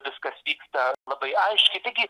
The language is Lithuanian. viskas vyksta labai aiškiai taigi